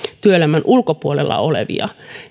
työelämän ulkopuolella olevia